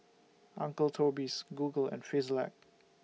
Uncle Toby's Google and Frisolac